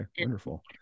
Wonderful